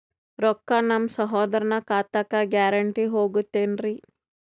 ರೊಕ್ಕ ನಮ್ಮಸಹೋದರನ ಖಾತಕ್ಕ ಗ್ಯಾರಂಟಿ ಹೊಗುತೇನ್ರಿ?